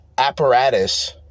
apparatus